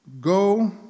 Go